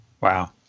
Wow